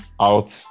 out